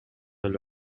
эле